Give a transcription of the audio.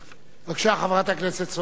בבקשה, חברת הכנסת מרינה סולודקין.